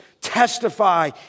testify